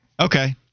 Okay